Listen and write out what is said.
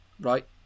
right